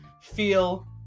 feel